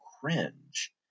cringe